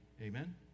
Amen